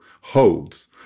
holds